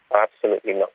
absolutely not.